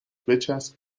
بچسب